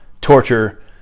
torture